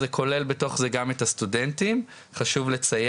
זה כולל בתוך זה גם את הסטודנטים, חשוב לציין,